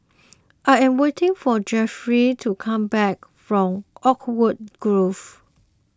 I am waiting for Jeffery to come back from Oakwood Grove